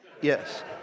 Yes